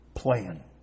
plan